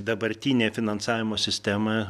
dabartinė finansavimo sistema